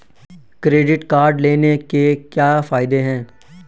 Credit card लेने के क्या फायदे हैं?